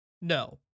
No